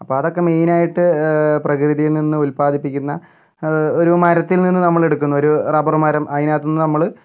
അപ്പോൾ അതൊക്കെ മെയിനായിട്ട് പ്രകൃതിയിൽ നിന്ന് ഉത്പാദിപ്പിക്കുന്ന ഒരു മരത്തിൽ നിന്ന് നമ്മൾ എടുക്കുന്ന ഒരു റബ്ബർ മരം അതിനകത്ത് നിന്ന് നമ്മൾ